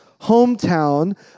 hometown